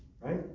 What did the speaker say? Right